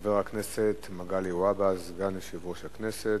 חבר הכנסת מגלי והבה, סגן יושב-ראש הכנסת,